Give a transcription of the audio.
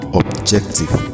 objective